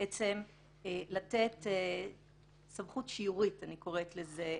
לתת סמכות שיורית, אני קוראת לזה,